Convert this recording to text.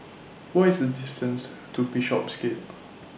What IS The distance to Bishopsgate